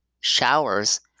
showers